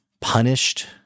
punished